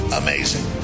amazing